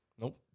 Nope